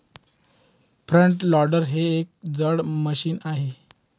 front loader हे एक जड मशीन आहे